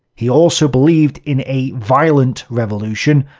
he also believed in a violent revolution,